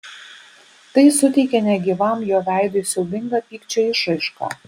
tai suteikė negyvam jo veidui siaubingą pykčio išraišką